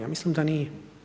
Ja mislim da nije.